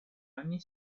anni